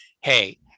hey